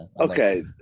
okay